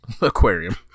aquarium